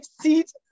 seat